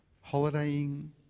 Holidaying